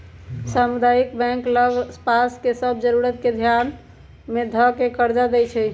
सामुदायिक बैंक लग पास के सभ जरूरत के ध्यान में ध कऽ कर्जा देएइ छइ